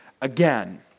again